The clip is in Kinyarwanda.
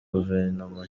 guverinoma